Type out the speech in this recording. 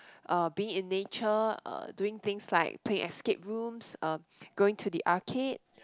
uh being in nature uh doing things like playing escape rooms um going to the arcade